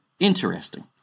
Interesting